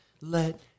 Let